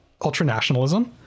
ultranationalism